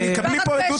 קבלי פה עדות